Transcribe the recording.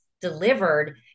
delivered